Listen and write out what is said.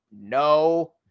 No